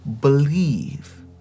believe